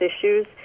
issues